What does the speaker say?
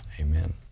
amen